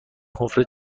حفره